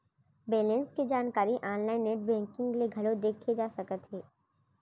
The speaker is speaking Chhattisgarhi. बेलेंस के जानकारी आनलाइन नेट बेंकिंग ले घलौ देखे जा सकत हे